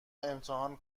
امتحان